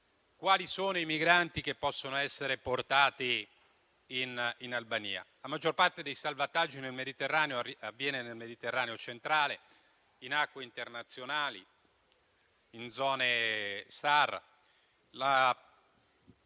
quali sono i migranti che possono essere portati in Albania? La maggior parte dei salvataggi nel Mediterraneo avviene nel Mediterraneo centrale, in acque internazionali, in zone